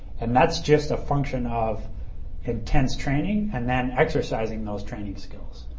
and that's just a function of intense training and then exercising those training skills.